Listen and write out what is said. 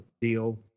deal